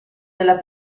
della